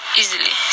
easily